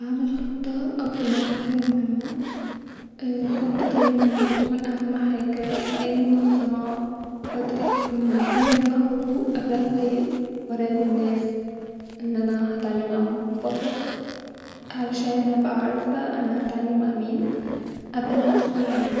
هعمل خطه قبل ما روح المهمه- الخطه ديما بتكون اهم حاجه في اي منظمه-وادرس المكان الي انا هروحو قبلها كويس- واراقب الناس-الي انا هتعامل معاها قبلها بفتره-عشان ابقي عارفه انا هتعمل مع مين-قبل ما ادخل عليهم